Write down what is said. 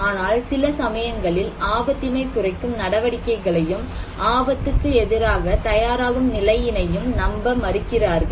ஆனால் சில சமயங்களில் ஆபத்தினை குறைக்கும் நடவடிக்கைகளையும் ஆபத்துக்கு எதிராக தயாராகும் நிலையினையும் நம்ப மறுக்கிறார்கள்